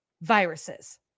viruses